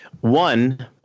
One